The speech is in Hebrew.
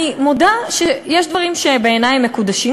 אני מודה שיש דברים שבעיני הם מקודשים,